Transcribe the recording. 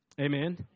Amen